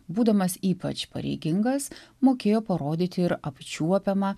būdamas ypač pareigingas mokėjo parodyti ir apčiuopiamą